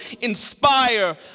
inspire